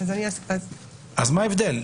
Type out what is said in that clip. מה ההבדל?